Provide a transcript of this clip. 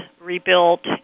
rebuilt